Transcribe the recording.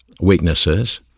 weaknesses